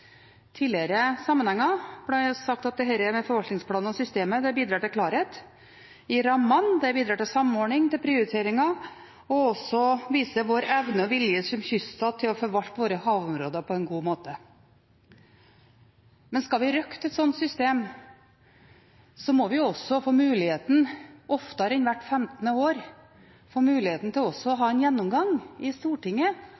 tidligere sammenhenger. Det ble sagt at dette med forvaltningsplaner og systemet bidrar til klarhet i rammene. Det bidrar til samordning og prioriteringer, og det viser også vår evne som kyststat til å forvalte våre havområder på en god måte. Men skal vi røkte et slikt system, må vi få muligheten oftere enn hvert 15. år til å